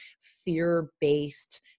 fear-based